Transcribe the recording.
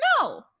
no